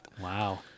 wow